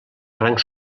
rang